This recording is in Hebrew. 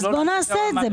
אז בוא נעשה את זה.